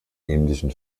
ähnlichen